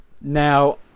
Now